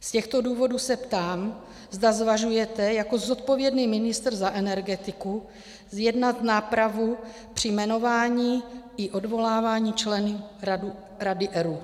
Z těchto důvodů se ptám, zda zvažujete jako zodpovědný ministr za energetiku zjednat nápravu při jmenování i odvolávání členů Rady ERÚ.